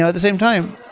ah the same time,